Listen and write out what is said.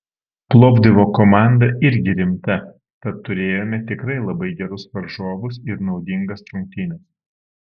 plovdivo komanda irgi rimta tad turėjome tikrai labai gerus varžovus ir naudingas rungtynes